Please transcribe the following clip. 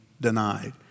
denied